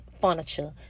furniture